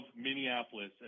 Minneapolis